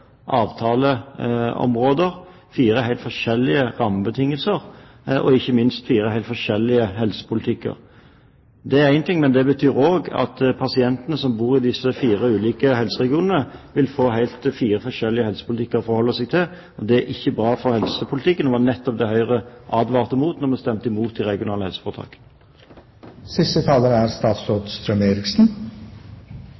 avtaleområder, fire helt forskjellige rammebetingelser og ikke minst fire helt forskjellige helsepolitikker. Det er én ting, men det betyr også at pasientene som bor i disse fire ulike helseregionene, vil få fire helt forskjellige helsepolitikker å forholde seg til. Det er ikke bra for helsepolitikken, og det var nettopp det Høyre advarte mot da vi stemte imot de regionale